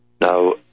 Now